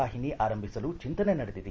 ವಾಹಿನಿ ಆರಂಭಿಸಲು ಚಿಂತನೆ ನಡೆದಿದೆ